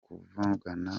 kuvugana